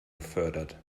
gefördert